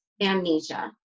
amnesia